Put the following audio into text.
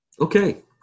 Okay